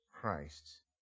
Christ